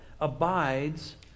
abides